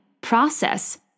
process